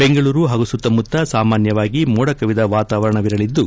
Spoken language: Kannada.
ಬೆಂಗಳೂರು ಹಾಗೂ ಸುತ್ತಮುತ್ತ ಸಾಮಾನ್ನವಾಗಿ ಮೋಡ ಕವಿದ ವಾತವಾರಣವಿರಲಿದ್ದು